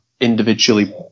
individually